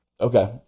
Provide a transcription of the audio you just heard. Okay